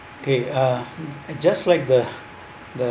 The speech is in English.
okay uh just like the the